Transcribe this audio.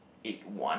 eight one